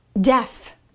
deaf